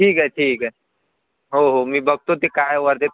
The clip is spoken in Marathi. ठीक आहे ठीक आहे हो हो मी बघतो ते काय वर्धेत